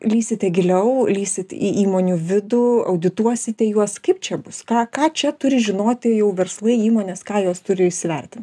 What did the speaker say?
lįsite giliau lįsit į įmonių vidų audituosite juos kaip čia bus ką ką čia turi žinoti jau verslai įmonės ką jos turi įsivertint